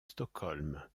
stockholm